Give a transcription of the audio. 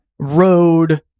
Road